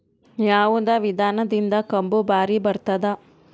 ಯಾವದ ವಿಧಾನದಿಂದ ಕಬ್ಬು ಭಾರಿ ಬರತ್ತಾದ?